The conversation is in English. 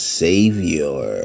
savior